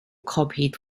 copied